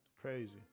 Crazy